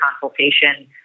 consultation